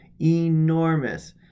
enormous